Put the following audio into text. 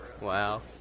wow